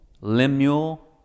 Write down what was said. Lemuel